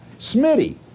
Smitty